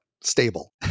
Stable